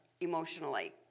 emotionally